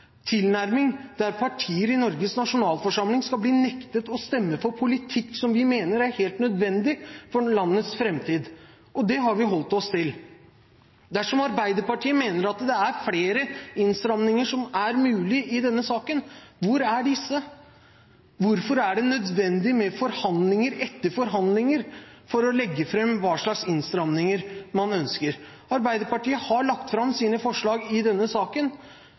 tilnærming der partier i Norges nasjonalforsamling skal bli nektet å stemme for politikk som de mener er helt nødvendig for landets framtid. Og det har vi holdt oss til. Dersom Arbeiderpartiet mener at det er flere innstramninger som er mulig i denne saken, hvor er disse? Hvorfor er det nødvendig med forhandlinger etter forhandlinger for å legge fram hva slags innstramninger man ønsker? Arbeiderpartiet har lagt fram sine forslag i denne saken.